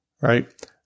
right